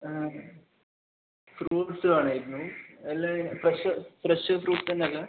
fruits വേണമായിരുന്നു നല്ല fresh fresh ഫ്രൂട്ട്സന്നെയല്ലേ